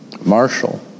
Marshall